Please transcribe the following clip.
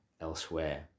elsewhere